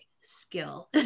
skill